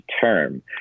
term